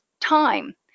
time